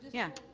yeah.